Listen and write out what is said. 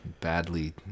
badly